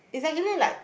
it's actually like